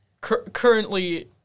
currently